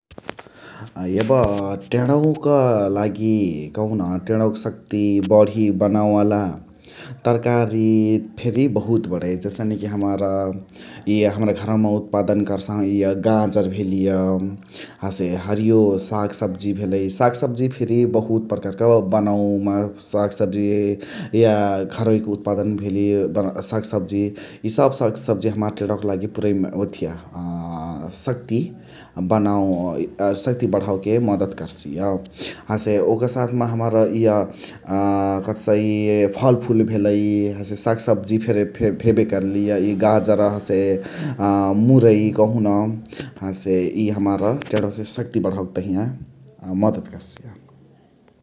एब टेणवक लागी कहोन टेणवक शक्ती बण्ही बनावे वाला तरकारी फेरी बहुत बणै । जसने कि हमार इअ हमरा घरवा मा उत्पादन कर्साहु इअ गाजर भेलिय । हसे हरियो साग सब्जी भेलाई । साग सब्जी फेरी बहुत प्रकारक बनवा क साग सब्जी य घरवहिक उत्पादन भेली साग सब्जी । इ सब साग सब्जी हमार टेणवक लागी पुरै ओथिया अ शक्ती बण्हावके मदत कर्सिय । हसे ओकर साथ म हमार इअ कथी कहसाइ फलफुल भेलाई । हसे साग सब्जी फेरी भेबे कर्लिय इ गाजर हसे, अ मुरै कहोन । हसे इअ हमार टेणवक शक्ती बण्हावके तहिया अ मदत कर्सिय ।